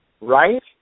Right